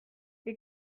les